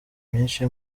myinshi